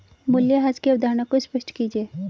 मूल्यह्रास की अवधारणा को स्पष्ट कीजिए